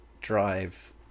drive